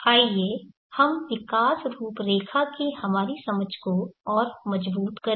आइए हम विकास रूपरेखा की हमारी समझ को और मजबूत करें